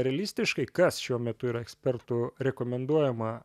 realistiškai kas šiuo metu yra ekspertų rekomenduojama